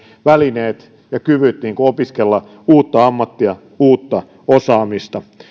välineet ja kyvyt opiskella uutta ammattia uutta osaamista